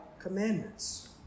commandments